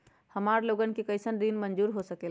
हमार लोगन के कइसन ऋण मंजूर हो सकेला?